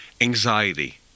anxiety